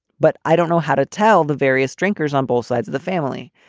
but i don't know how to tell the various drinkers on both sides of the family.